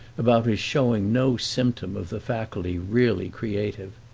about his showing no symptom of the faculty really creative.